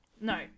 no